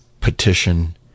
petition